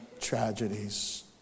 tragedies